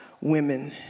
women